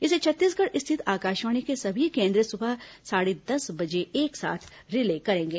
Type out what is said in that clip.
इसे छत्तीसगढ़ स्थित आकाशवाणी के सभी केन्द्र सुबह साढ़े दस बजे एक साथ रिले करेंगे